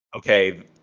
Okay